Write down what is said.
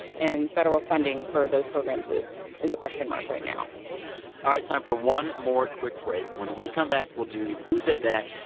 and federal funding for those programs is is a question mark right now all right. time for one more quick break when we come back, we'll do, who said that.